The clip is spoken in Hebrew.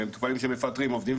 ומטופלים שמפטרים עובדים,